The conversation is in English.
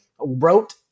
wrote